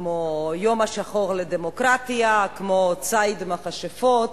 כמו "יום שחור לדמוקרטיה", כמו "ציד מכשפות",